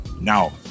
now